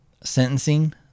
sentencing